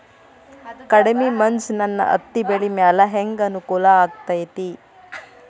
ಕಡಮಿ ಮಂಜ್ ನನ್ ಹತ್ತಿಬೆಳಿ ಮ್ಯಾಲೆ ಹೆಂಗ್ ಅನಾನುಕೂಲ ಆಗ್ತೆತಿ?